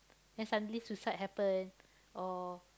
then suddenly suicide happen or